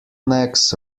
necks